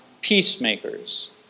peacemakers